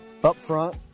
upfront